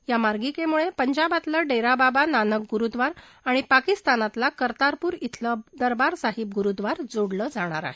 या मार्गिकेमुळे पंजाबातलं डेराबाबा नानक गुरुद्वार आणि पाकिस्तानातला कर्तारपूर ध्वलं दरबार साहिब गुरुद्वार जोडलं जाणार आहे